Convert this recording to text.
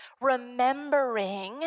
remembering